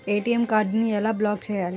ATM కార్డుని ఎలా block చేయాలి?